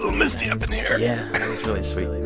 misty up and yeah really sweet.